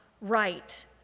right